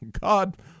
God